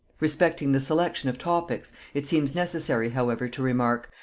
respecting the selection of topics it seems necessary however to remark,